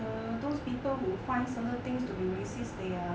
err those people who find certain things to be racist they are